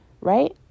Right